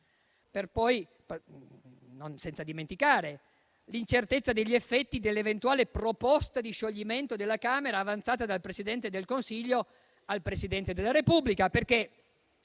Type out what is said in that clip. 4. E non dimentichiamo l'incertezza degli effetti dell'eventuale proposta di scioglimento della Camera, avanzata dal Presidente del Consiglio al Presidente della Repubblica.